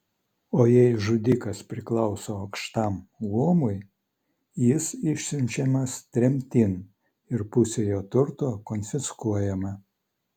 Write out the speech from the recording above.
o jei žudikas priklauso aukštam luomui jis išsiunčiamas tremtin ir pusė jo turto konfiskuojama